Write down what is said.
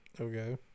Okay